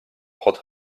hot